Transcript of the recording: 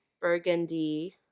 Burgundy